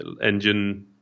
engine